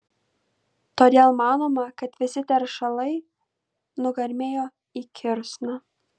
todėl manoma kad visi teršalai nugarmėjo į kirsną